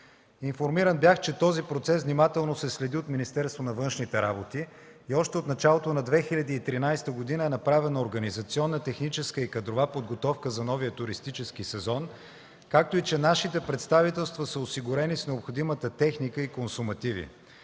Информиран бях, че този процес внимателно се следи от Министерство на външните работи и още от началото на 2013 г. е направена организационна, техническа и кадрова подготовка за новия туристически сезон, както и че нашите представителства са осигурени с необходимите техника и консумативи.